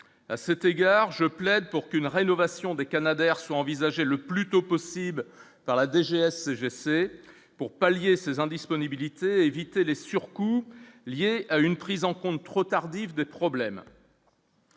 c'était égard je plaide pour qu'une rénovation des Canadair sont envisagés le plus tôt possible par la DGAC essaie pour pallier ces indisponibilités éviter les surcoûts liés à une prise en compte, trop tardive des problèmes.